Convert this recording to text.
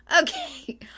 Okay